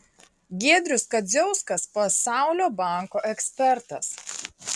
giedrius kadziauskas pasaulio banko ekspertas